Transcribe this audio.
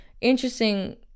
interesting